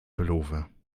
pullover